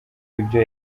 ibyo